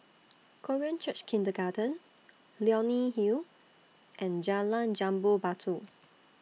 Korean Church Kindergarten Leonie Hill and Jalan Jambu Batu